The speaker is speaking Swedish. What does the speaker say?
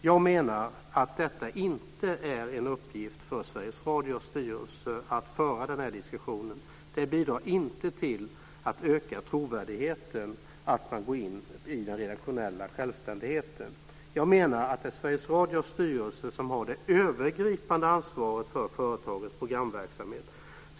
Jag menar att det inte är en uppgift för Sveriges Radios styrelse att föra den här diskussionen. Det bidrar inte till att öka trovärdigheten att man går in i den redaktionella självständigheten. Jag menar att det är Sveriges Radios styrelse som har det övergripande ansvaret för företagets programverksamhet.